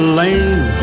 lane